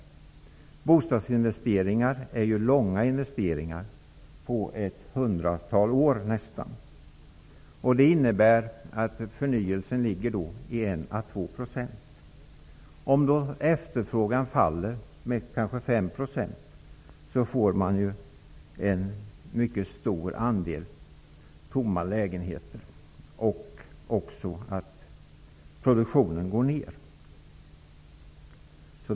Bostadsinvesteringar är långa investeringar på ett hundratal år nästan. Det innebär att förnyelsen ligger på 1--2 %. Om efterfrågan då faller med kanske 5 % får vi en mycket stor andel tomma lägenheter och produktionen går ner.